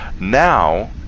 Now